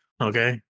Okay